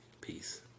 Peace